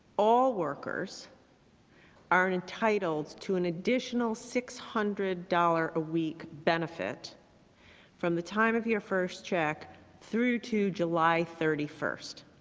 all workers are entitled to an additional six hundred dollars a week benefit from the time of your first check through to july thirty first.